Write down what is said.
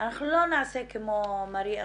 אנחנו לא נעשה כמו מארי אנטואנט,